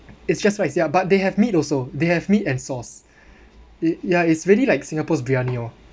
it's just rice ya but they have meat also they have meat and sauce it ya it's really like singapore's briyani orh